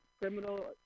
criminal